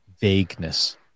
vagueness